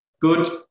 good